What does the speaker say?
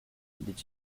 did